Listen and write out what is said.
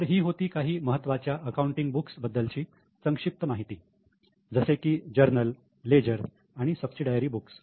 तर ही होती काही महत्त्वाच्या अकाउंटिंग बुक्स बद्दलची संक्षिप्त माहिती जसे की जर्नल लेजर आणि सबसिडायरी बुक्स